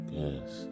yes